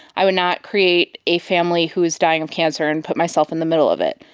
i would not create a family who was dying of cancer and put myself in the middle of it.